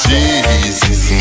Jesus